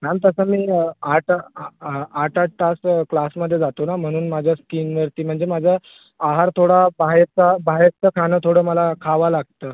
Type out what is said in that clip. ma'am तसा मी आठ आ आ आठ आठ तास क्लासमध्ये जातो ना म्हणून माझ्या स्कीनवरती म्हणजे माझा आहार थोडा बाहेरचा बाहेरचं खाणं थोडं मला खावं लागतं